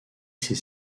ses